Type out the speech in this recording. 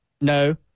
No